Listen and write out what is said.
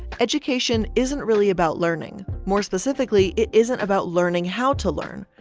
education isn't really about learning! more specifically, it isn't about learning how to learn.